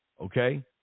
okay